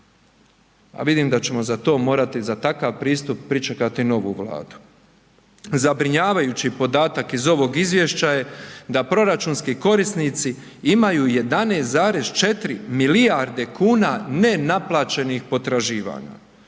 A vidim da ćemo za to morati, za takav pristup pričekati novu Vladu. Zabrinjavajući podatak iz ovog izvješća je da proračunski korisnici imaju 11,4 milijarde kuna nenaplaćenih potraživanja.